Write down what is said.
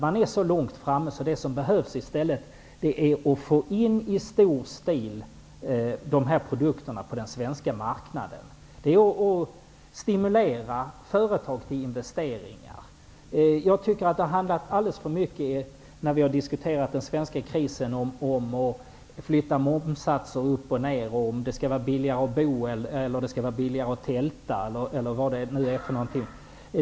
Man är så långt framme att det som i stället behövs är att i stor omfattning få in produkterna på den svenska marknaden. Det gäller att stimulera företagen till investeringar. Våra diskussioner om den svenska krisen har handlat alldeles för mycket om att flytta momssatser uppåt eller nedåt, om huruvida det skall vara billigare att bo eller att tälta osv.